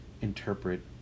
interpret